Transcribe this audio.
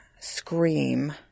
scream